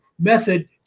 method